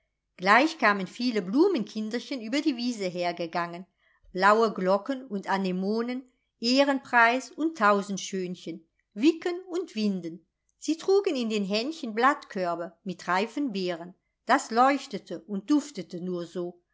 gleich kamen viele blumenkinderchen über die wiese hergegangen blaue glocken und anemonen ehrenpreis und tausendschönchen wicken und winden sie trugen in den händchen blattkörbe mit reifen beeren das leuchtete und duftete nur so